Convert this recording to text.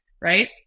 right